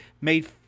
made